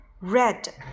red